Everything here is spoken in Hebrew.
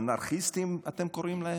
"אנרכיסטים" אתם קוראים להם?